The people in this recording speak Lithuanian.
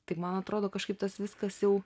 taip man atrodo kažkaip tas viskas jau